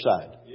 side